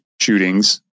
shootings